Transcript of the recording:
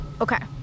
Okay